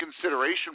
consideration